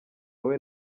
wowe